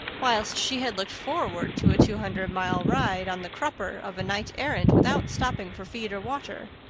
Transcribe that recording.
whilst she had looked forward to a two-hundred-mile ride on the crupper of a knight-errant without stopping for feed or water.